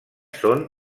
són